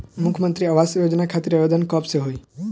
मुख्यमंत्री आवास योजना खातिर आवेदन कब से होई?